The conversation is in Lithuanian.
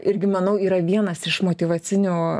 irgi manau yra vienas iš motyvacinių